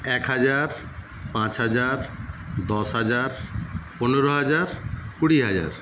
এক হাজার পাঁচ হাজার দশ হাজার পনেরো হাজার কুড়ি হাজার